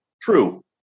True